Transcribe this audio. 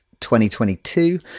2022